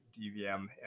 DVM